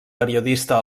periodista